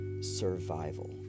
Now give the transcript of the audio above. survival